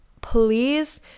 please